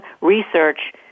research